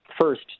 first